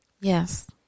Yes